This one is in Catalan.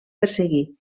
perseguir